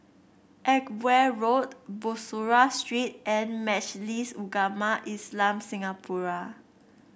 Edgeware Road Bussorah Street and Majlis Ugama Islam Singapura